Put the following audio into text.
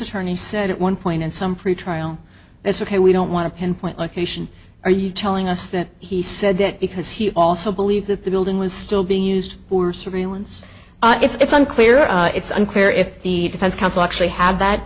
attorney said at one point in some pretrial it's ok we don't want to pinpoint location are you telling us that he said that because he also believed that the building was still being used for surveillance it's unclear it's unclear if the defense counsel actually had